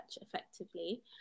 effectively